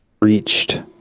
reached